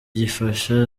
gifasha